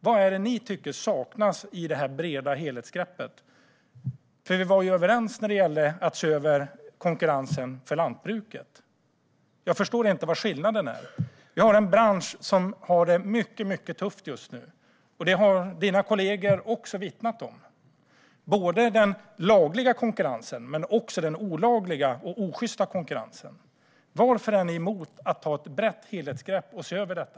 Vad är det ni tycker saknas i det här breda helhetsgreppet? Vi var ju överens när det gällde att se över konkurrensen för lantbruket. Jag förstår inte vad skillnaden är. Vi har en bransch som har det mycket tufft just nu. Det har dina kollegor också vittnat om. Det gäller den lagliga konkurrensen, men också den olagliga och osjysta konkurrensen. Varför är ni emot att ta ett brett helhetsgrepp och se över detta?